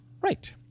right